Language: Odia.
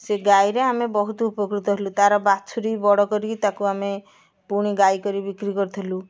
ସେ ଗାଈର ଆମେ ବହୁତ ଉପକୃତ ହେଲୁ ତାର ବାଛୁରୀ ବଡ଼ କରିକି ତାକୁ ଆମେ ପୁଣି ଗାଈ କରିକି ବିକ୍ରି କରିଥିଲୁ